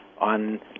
on